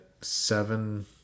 seven